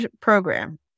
program